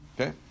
okay